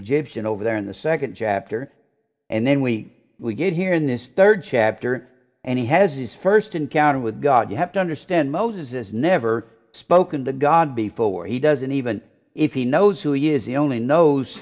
egyptian over there in the second chapter and then we will get here in this third chapter and he has his first encounter with god you have to understand moses has never spoken to god before he doesn't even if he knows who he is the only knows